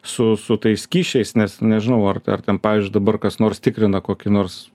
su su tais skysčiais nes nežinau ar ar ten pavyzdžiui dabar kas nors tikrina kokį nors